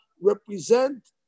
represent